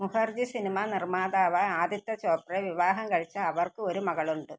മുഖർജി സിനിമാ നിർമ്മാതാവ് ആദിത്യ ചോപ്രയെ വിവാഹം കഴിച്ച അവർക്ക് ഒരു മകളുണ്ട്